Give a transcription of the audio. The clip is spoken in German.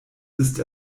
ist